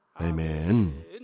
Amen